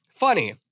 Funny